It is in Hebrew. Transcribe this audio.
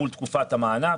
מול תקופת המענק.